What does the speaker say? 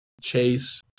Chase